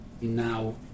now